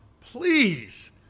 please